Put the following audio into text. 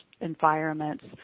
environments